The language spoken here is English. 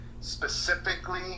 specifically